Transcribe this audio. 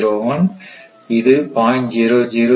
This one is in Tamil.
01 இன் டூ 0